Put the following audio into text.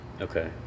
Okay